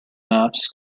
maps